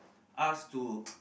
us to